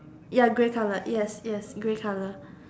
ya grey colour yes yes grey colour